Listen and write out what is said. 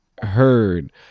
heard